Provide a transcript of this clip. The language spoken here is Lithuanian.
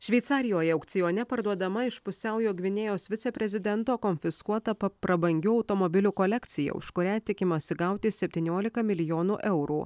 šveicarijoje aukcione parduodama iš pusiaujo gvinėjos viceprezidento konfiskuota pa prabangių automobilių kolekcija už kurią tikimasi gauti septyniolika milijonų eurų